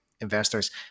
investors